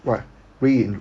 what rein~